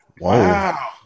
Wow